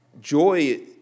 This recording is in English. Joy